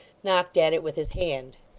knocked at it with his hand.